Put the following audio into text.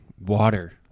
water